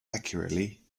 accurately